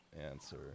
answer